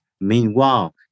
Meanwhile